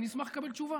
אני אשמח לקבל תשובה.